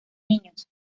niños